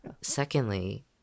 Secondly